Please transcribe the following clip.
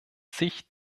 sich